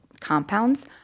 compounds